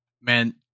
Man